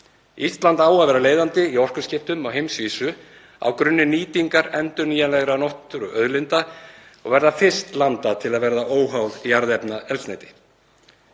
Ísland á að vera leiðandi í orkuskiptum á heimsvísu á grunni nýtingar endurnýjanlegra náttúruauðlinda og verða fyrst landa til að verða óháð jarðefnaeldsneyti.“